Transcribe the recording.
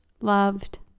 loved